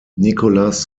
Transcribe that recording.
nicholas